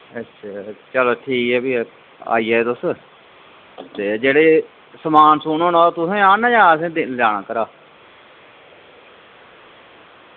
अच्छा चलो ठीक ऐ भी आई जायो तुस ते जेह्ड़ा समान होना ओह् तुसें लैना जां असें लैना घरा